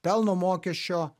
pelno mokesčio